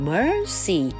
Mercy